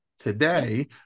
today